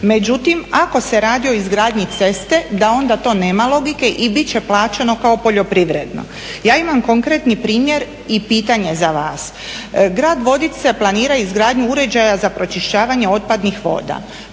Međutim, ako se radi o izgradnji ceste da onda to nema logike i bit će plaćeno kao poljoprivredno. Ja imam konkretni primjer i pitanje za vas. Grad Vodice planira izgradnju uređaja za pročišćavanje otpadnih voda.